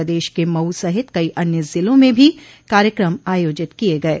प्रदेश के मऊ सहित कई अन्य जिलों में भी कार्यक्रम आयोजित किये गये